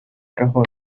cajón